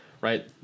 right